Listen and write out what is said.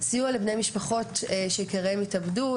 סיוע לבני משפחות שיקיריהם התאבדו.